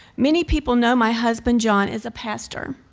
many people know my husband, john, as a pastor.